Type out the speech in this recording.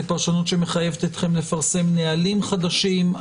זו פרשנות שמחייבת אתכם לפרסם נהלים חדשים.